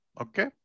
okay